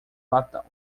latão